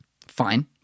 fine